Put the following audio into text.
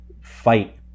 fight